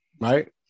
Right